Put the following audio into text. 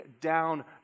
down